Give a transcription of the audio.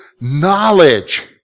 knowledge